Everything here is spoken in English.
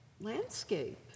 landscape